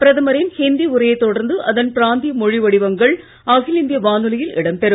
பிரதமரின் இந்தி உரையை தொடர்ந்து அதன் பிராந்திய மொழி வடிவங்கள் அகில இந்திய வானொலியில் இடம்பெறும்